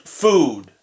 food